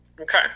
Okay